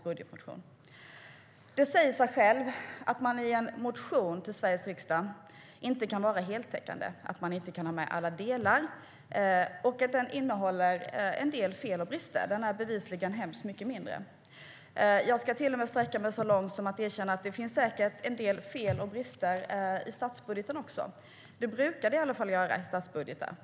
Jag kan sträcka mig så långt som till att erkänna att det säkert finns en del fel och brister även i statsbudgeten. Det brukar det göra i statsbudgetar.